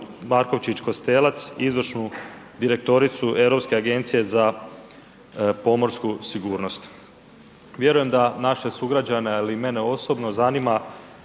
Markovčić Kostelac izvršnu direktoricu Europske agencije za pomorsku sigurnost. Vjerujem da naše sugrađane, ali i mene osobno zanima